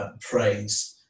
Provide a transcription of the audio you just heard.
praise